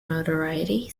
notoriety